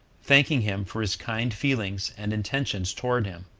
thanking him for his kind feelings and intentions toward him,